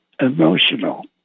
emotional